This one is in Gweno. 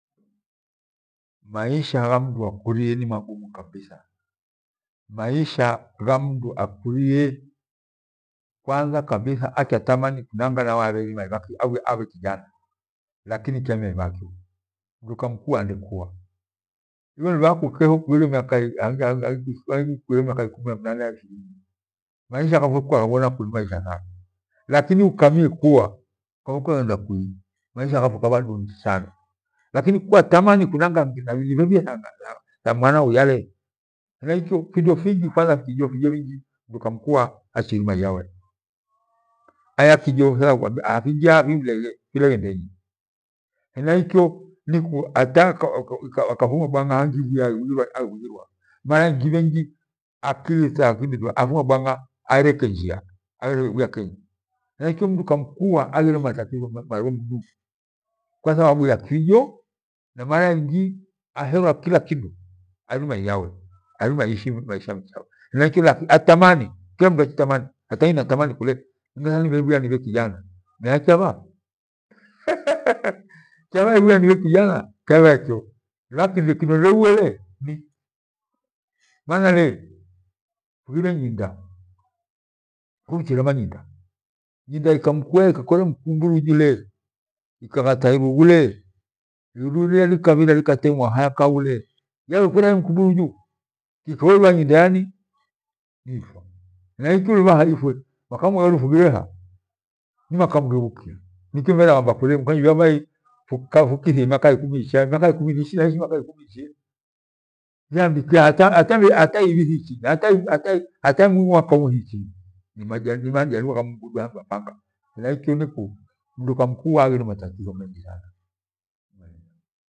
Maisha ghamdu akurie nimagumu kabisa, Maisha ghamdu akurie, kwanza kabitha akya tamani nanja nawe abhearimia aweabhe kijana lakini kyariima ibhakyo, mdu kwamkua andekwa, iwe lubhaha ihandu kukeo kughire miaka ikumi na mnane hang’u ishirini maisha n kwaghabhina ku nimaisha thana, lakini ukamiekuwa ukwaghende kwii, maisha ghapfwo ghabha duni sana. Lakini mkwatamani sana nibhebhie tha namawana wia lee, henaikyo findo fingi kwa thala, ficho fingi mdu akarukwa achiima iyawe. Aya fijo fingi fileghe ndenyi hena ikyo hata akafuma bwang’a hangi angebhi ghira. Mara inji lingi akili atathidi maraingi akafuma bwanga aereke njia. Alerwe ibhia kenyi, Hena ileye mdu akarukwa aghire matatitho marwe mnu kwathabu ya kiho na mara ingi aheerwa ni kila kindo airima iyawe airime iishi maisha mrechawe. Atamani kila mndu achitamani hata inyi nnatamani kule njetha nibhebhia nibhe kijana. Miya kyava? Hee kyabha ibhia kijana? Kyabhakya mira kindo kireghwe lee ni mana lee fughire nginda fujirema ngida nginda ikamkwa ikakwera mkurubuji lee ikaghata irughu lee, irughulie likakwa likatemwa haja kaghu lee, yaghekwera he mkuburuju? Nikeho nginda iya ni mpfwa hena ikyo mithaifwe, makamugha fughire ha ni makama ghebhuka. Nikyo nivenaghamba kulee, ubhekyanjia nikithie miaka ikumi ichie niichi ku nairima iishi miaka ikumi. Hata ivi thiichini hata mwaka fuu thichinyi. Nimajaliwa gah- gha Mungu du fundu apanya. Henaikyo mdu akamlewa aghire matatitho mengi thana.